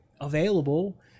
available